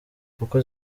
kuko